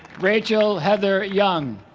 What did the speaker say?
rachel heather young